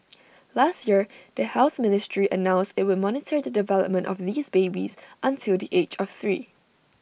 last year the health ministry announced IT would monitor the development of these babies until the age of three